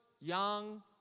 young